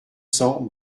cents